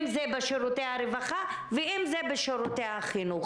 אם זה בשירותי הרווחה ואם זה בשירותי החינוך